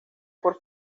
por